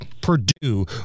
Purdue